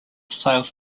sales